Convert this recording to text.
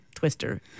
Twister